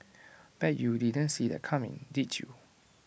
bet you you didn't see that coming did you